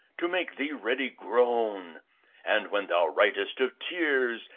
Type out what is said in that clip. to make thee ready groan and when thou writest of tears,